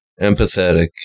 empathetic